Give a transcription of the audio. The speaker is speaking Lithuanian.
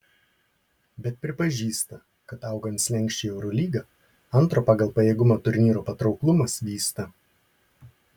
bet pripažįsta kad augant slenksčiui į eurolygą antro pagal pajėgumą turnyro patrauklumas vysta